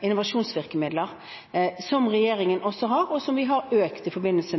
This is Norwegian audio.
innovasjonsvirkemidler, som regjeringen også har, og som vi har styrket i forbindelse